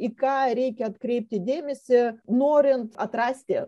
į ką reikia atkreipti dėmesį norint atrasti